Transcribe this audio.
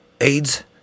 Aids